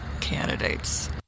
candidates